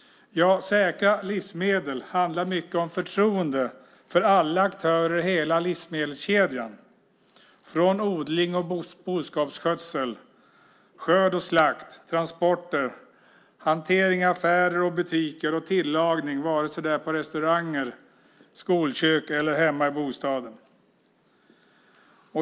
Ja, säkra livsmedel handlar mycket om förtroende för alla aktörer i hela livsmedelskedjan, från odling och boskapsskötsel till skörd och slakt, transporter, hantering i affärer och butiker och tillagning, vare sig det är på restauranger, skolkök eller hemma i bostaden.